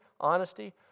honesty